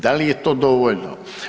Da li je to dovoljno?